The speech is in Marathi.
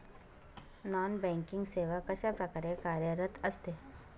नॉन बँकिंग सेवा कशाप्रकारे कार्यरत असते?